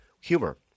humor